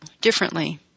differently